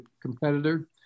competitor